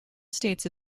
states